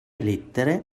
lettere